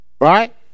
right